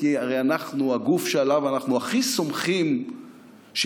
כי הרי הגוף שעליו אנחנו הכי סומכים שינווט